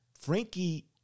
Frankie